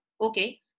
okay